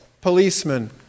policemen